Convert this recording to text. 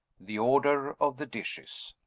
the order of the dishes.